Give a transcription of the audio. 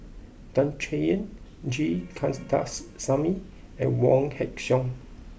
Tan Chay Yan G Kandasamy and Wong Heck Sing